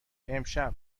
امشب